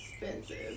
expensive